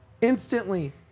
instantly